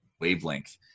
wavelength